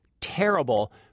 terrible